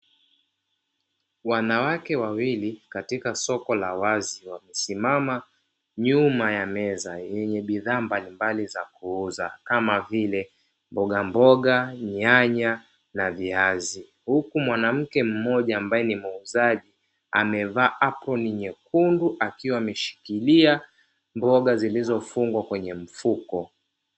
Wanawake wawili katika soko la wazi wamesimama nyuma ya meza yenye bidhaa mbalimbali za kuuza kama vile mbogamboga, nyanya na viazi. Huku mwanamke mmoja ambaye ni muuzaji, amevaa aproni nyekundu akiwa ameshikilia mboga zilizo kwenye mfuko.